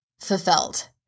fulfilled